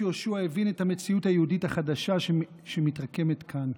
יהושע הבין את המציאות היהודית החדשה שמתרקמת כאן.